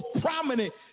prominent